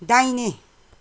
दाइने